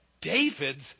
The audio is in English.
David's